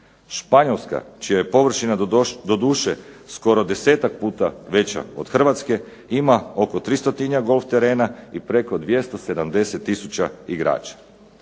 Španjolska čija je površina doduše skoro desetak puta veća od Hrvatske ima oko 300-tinjak golf terena i preko 270000 igrača.